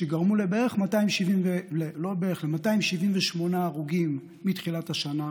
שגרמו ל-278 הרוגים מתחילת השנה,